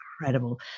incredible